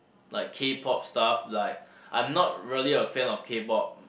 like K-pop stuff like I'm not really a fan of K-pop